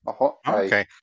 Okay